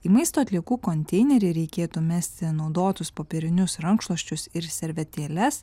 į maisto atliekų konteinerį reikėtų mesti naudotus popierinius rankšluosčius ir servetėles